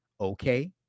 okay